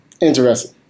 interesting